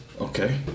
Okay